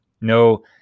no